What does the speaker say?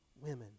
women